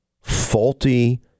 faulty